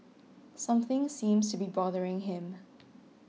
something seems to be bothering him